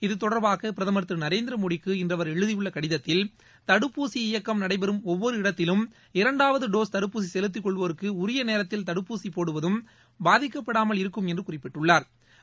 இது தொடர்பாக பிரதமர் திரு நரேந்திரமோடிக்கு இன்று அவர் எழுதியுள்ள கடிதத்தில் தடுப்பூசி இயக்கம் நடைபெறும் ஒவ்வொரு இடத்திலும் இரண்டாவது டோஸ் தடுப்பூசி செலுத்திக் கொள்வோருக்கு உரிய நேரத்தில் தடுப்பூசி போடுவதும் பாதிக்கப்படாமல் இருக்கும் என்று குறிப்பிட்டுள்ளாா்